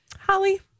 Holly